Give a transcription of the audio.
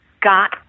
got